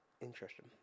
Interesting